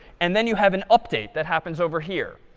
and then you have an update that happens over here.